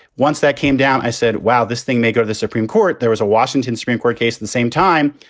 once that came down, i said, wow, this thing may go to the supreme court. there was a washington supreme court case. at the same time,